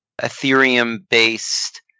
Ethereum-based